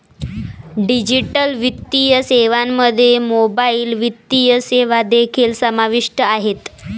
digital वित्तीय सेवांमध्ये mobile वित्तीय सेवा देखील समाविष्ट आहेत